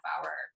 hour